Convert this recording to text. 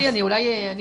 אני אולי,